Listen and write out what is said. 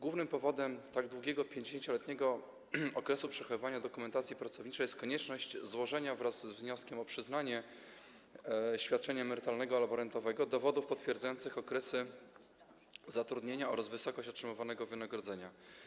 Głównym powodem tak długiego, 50-letniego okresu przechowywania dokumentacji pracowniczej jest konieczność złożenia wraz z wnioskiem o przyznanie świadczenia emerytalnego albo rentowego dowodów potwierdzających okresy zatrudnienia oraz wysokość otrzymywanego wynagrodzenia.